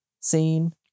scene